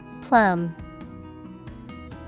Plum